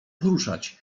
poruszać